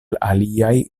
aliaj